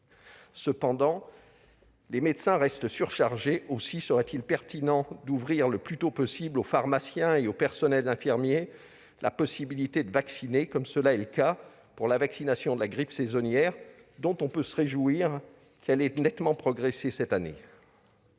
Toutefois, les médecins restent surchargés. Aussi serait-il pertinent d'ouvrir le plus tôt possible aux pharmaciens et au personnel infirmier la possibilité de vacciner, comme c'est le cas pour la vaccination contre la grippe saisonnière, vaccination dont on peut se réjouir qu'elle ait nettement progressé cette année.